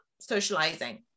socializing